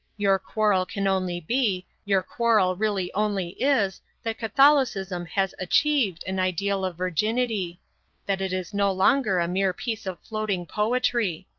your quarrel can only be, your quarrel really only is, that catholicism has achieved an ideal of virginity that it is no longer a mere piece of floating poetry.